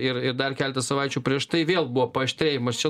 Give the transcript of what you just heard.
ir ir dar keletą savaičių prieš tai vėl buvo paaštrėjimas čia